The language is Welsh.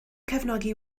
cefnogi